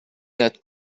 that